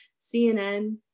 CNN